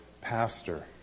pastor